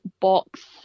box